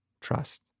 trust